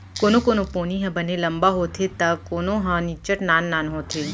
कोनो कोनो पोनी ह बने लंबा होथे त कोनो ह निच्चट नान नान होथे